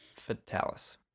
fatalis